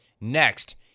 Next